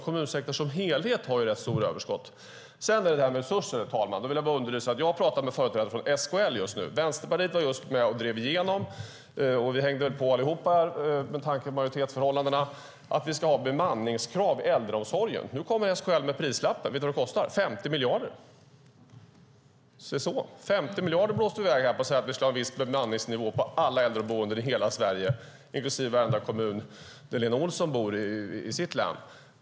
Kommunsektorn som helhet har rätt stora överskott. Sedan är det det här med resurser, herr talman. Jag pratar med företrädare för SKL just nu. Vänsterpartiet var med och drev igenom, och vi hängde väl på allihop med tanke på majoritetsförhållandena, att vi ska ha bemanningskrav i äldreomsorgen. Nu kommer SKL med prislappen. Vet ni vad det kostar? 50 miljarder. Vi blåste iväg 50 miljarder genom att säga att vi ska ha en viss bemanningsnivå på alla äldreboenden i hela Sverige inklusive varenda kommun i Lena Olssons län.